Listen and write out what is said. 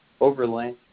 overlay